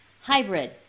Hybrid